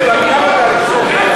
הממשלה.